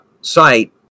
site